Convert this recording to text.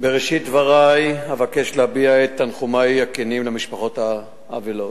בראשית דברי אבקש להביע את תנחומי הכנים למשפחות האבלות.